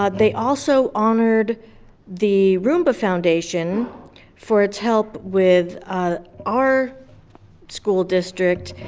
ah they also honored the rumba foundation for its help with our school district